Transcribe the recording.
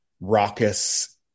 raucous